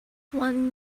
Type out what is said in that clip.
one